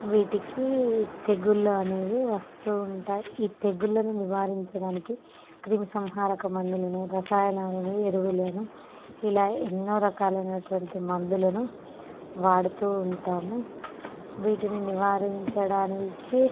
వీటికి తెగుళ్ళు అనేవి వస్తూ ఉంటాయి ఈ తెగుళ్ళను నివారించడానికి క్రిమి సంహారక మందులను రసాయనాలను ఎరువులను ఇలా ఎన్నో రకాలు అయినటువంటి మందులను వాడుతూ ఉంటాము వీటిని నివారించడానికి